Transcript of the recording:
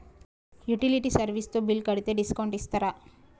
Utility service తో bill కడితే discount ఇస్తరా?